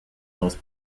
most